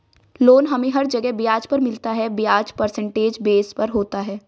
loan हमे हर जगह ब्याज पर मिलता है ब्याज परसेंटेज बेस पर होता है